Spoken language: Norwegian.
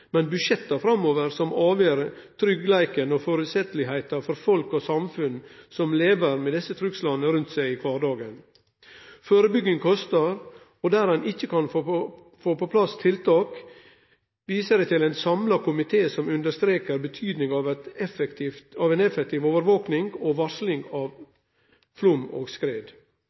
men budsjetta framover som avgjer tryggleiken og føreseielegheita for folk og samfunn som lever med desse truslane rundt seg i kvardagen. Førebygging kostar, og der ein ikkje kan få på plass tiltak, viser eg til ein samla komité som understrekar betydinga av effektiv overvaking og varsling av flaum og skred.